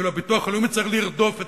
ואילו הביטוח הלאומי צריך לרדוף את